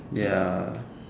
ya